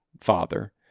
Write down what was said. father